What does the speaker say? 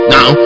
Now